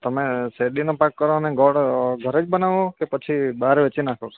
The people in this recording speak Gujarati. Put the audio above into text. તમે શેરડીના પાકવાને ગોળ ઘરે જ બનાવો કે પછી બાર વેચી નાખો છો